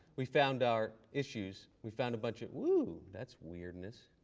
we found our issues. we found a bunch of woah, that's weirdness.